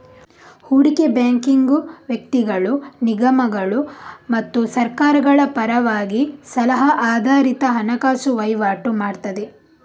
ಹೂಡಿಕೆ ಬ್ಯಾಂಕಿಂಗು ವ್ಯಕ್ತಿಗಳು, ನಿಗಮಗಳು ಮತ್ತು ಸರ್ಕಾರಗಳ ಪರವಾಗಿ ಸಲಹಾ ಆಧಾರಿತ ಹಣಕಾಸು ವೈವಾಟು ಮಾಡ್ತದೆ